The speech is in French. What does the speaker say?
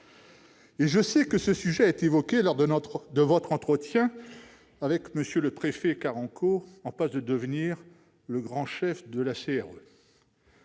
je sais que ce sujet a été évoqué lors de votre entretien avec M. le préfet Carenco, en passe de devenir le « grand chef » de la CRE,